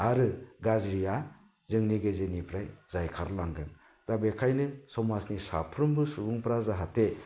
आरो गाज्रिया जोंनि गेजेरनिफ्राय जायखारलांगोन दा बेखायनो साफ्रोमबो समाजनि सुबुंफ्रा जाहाथे